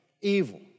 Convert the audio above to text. evil